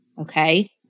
okay